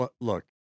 Look